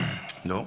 לא.